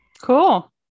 cool